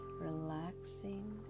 Relaxing